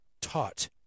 taught